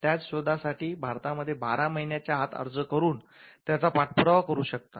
त्याच शोधासाठी भारतामध्ये १२ महिन्या च्या आत अर्ज करून त्याचा पाठपुरावा करू शकता